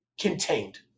contained